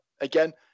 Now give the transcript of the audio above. again